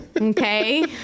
okay